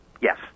Yes